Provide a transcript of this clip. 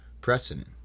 precedent